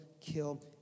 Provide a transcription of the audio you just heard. kill